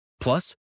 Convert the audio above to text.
Plus